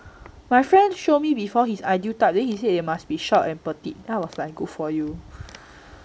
my friend show me before his ideal type he say they must be short and petite then I was like good for you